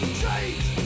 change